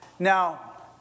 Now